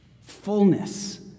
Fullness